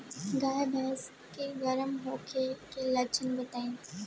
गाय भैंस के गर्म होखे के लक्षण बताई?